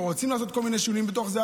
ורוצים לעשות כל מיני שינויים בתוך הזה,